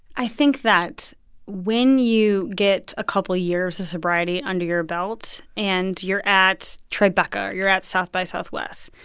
i think that when you get a couple years of sobriety under your belt, and you're at tribeca, or you're at south by southwest,